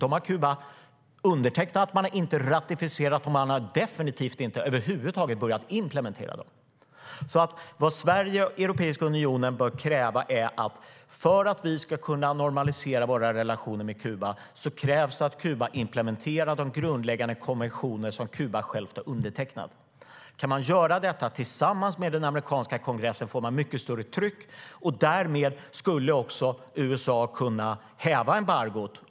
Kuba har undertecknat men inte ratificerat dessa, och man har definitivt inte börjat implementera dem. För att vi ska kunna normalisera våra relationer med Kuba bör Sverige och Europeiska unionen kräva att Kuba implementerar de grundläggande konventioner landet självt har undertecknat. Om man kan göra detta tillsammans med den amerikanska kongressen får man mycket större tryck, och om Kuba implementerar konventionerna skulle USA kunna häva embargot.